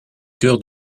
cœur